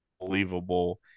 believable